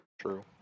True